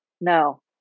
no